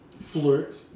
flirt